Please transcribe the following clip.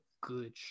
good